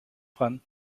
dran